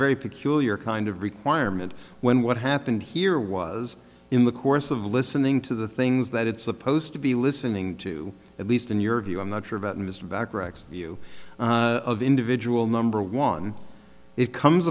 very peculiar kind of requirement when what happened here was in the course of listening to the things that it's supposed to be listening to at least in your view i'm not sure about mr bacharach's view of individual number one it comes